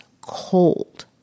cold